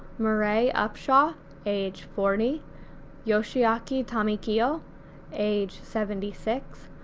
murray upshaw age forty yoshiaki tamekiyo age seventy six,